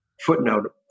footnote